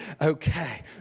okay